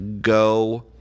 go